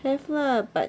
have lah